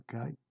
Okay